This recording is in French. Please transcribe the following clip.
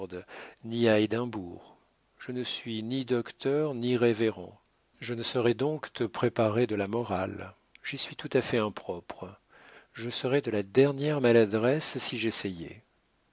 ni à édimbourg je ne suis ni docteur ni révérend je ne saurais donc te préparer de la morale j'y suis tout à fait impropre je serais de la dernière maladresse si j'essayais